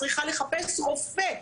צריכה לחפש רופא,